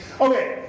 Okay